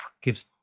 gives